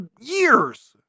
years